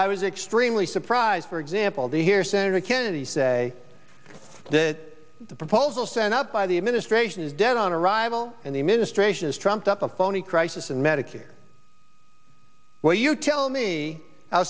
i was extremely surprised for example the hear senator kennedy say that the proposal sent up by the administration is dead on arrival and the administration is trumped up a phony crisis in medicare well you tell me